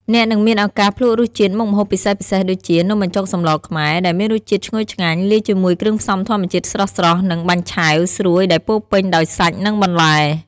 អ្នកនឹងមានឱកាសភ្លក្សរសជាតិមុខម្ហូបពិសេសៗដូចជា នំបញ្ចុកសម្លរខ្មែរ ដែលមានរសជាតិឈ្ងុយឆ្ងាញ់ លាយជាមួយគ្រឿងផ្សំធម្មជាតិស្រស់ៗ និង បាញ់ឆែវ ស្រួយដែលពោរពេញដោយសាច់ និងបន្លែ។